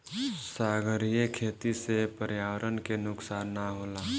सागरीय खेती से पर्यावरण के नुकसान ना होला